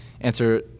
answer